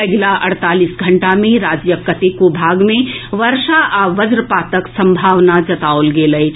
अगिल अड़तालीस घंटा मे राज्यक कतेको भाग मे वर्षा आ वज्रपातक संभावना जताओल गेल अछि